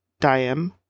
Diam